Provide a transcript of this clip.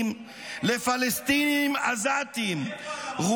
לפלסטינים עזתיים -- מאיפה אתה מביא את זה?